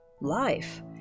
life